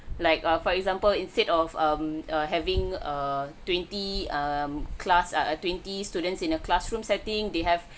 like err for example instead of um err having a twenty um class err err twenty students in a classroom setting they have